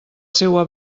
seua